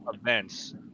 events